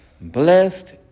Blessed